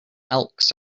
elks